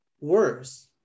worse